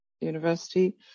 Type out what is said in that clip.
University